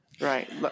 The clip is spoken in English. Right